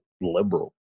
liberal